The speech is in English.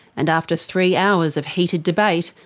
and after three hours of heated debate,